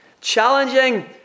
challenging